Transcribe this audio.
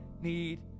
need